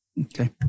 Okay